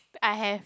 I have